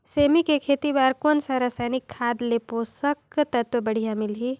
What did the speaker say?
सेमी के खेती बार कोन सा रसायनिक खाद ले पोषक तत्व बढ़िया मिलही?